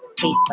Facebook